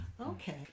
Okay